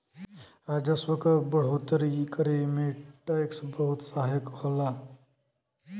राजस्व क बढ़ोतरी करे में टैक्स बहुत सहायक होला